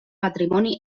patrimoni